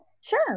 sure